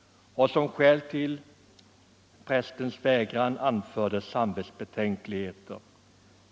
Som skäl till prästens vägran anfördes samvetsbetänkligheter.